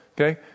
Okay